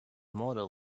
model